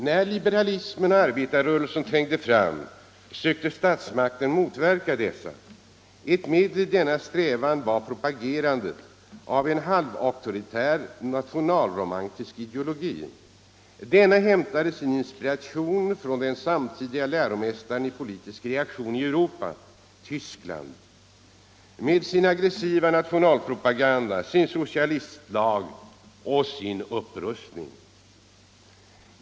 När liberalismen och arbetarrörelsen trängde fram sökte statsmakten motverka dessa. Ett medel i denna strävan var propagerandet för en halvauktoritär nationalromantisk ideologi. Denna hämtade sin inspiration från den samtida läromästaren i politisk reaktion i Europa —- Tyskland med dess aggressiva nationalpropaganda, dess socialistlag och dess upprustning.